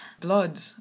blood